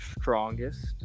strongest